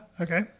Okay